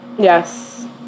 Yes